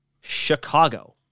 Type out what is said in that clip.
Chicago